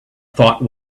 thought